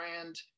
Brand